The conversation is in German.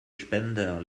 spender